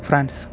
France